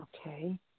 Okay